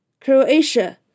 Croatia